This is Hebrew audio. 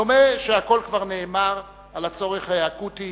דומה שהכול כבר נאמר על הצורך האקוטי